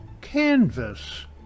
canvas